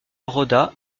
roda